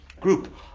group